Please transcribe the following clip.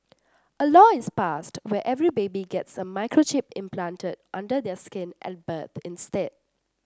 a law is passed where every baby gets a microchip implanted under their skin at birth instead